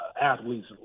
athlete's